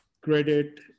credit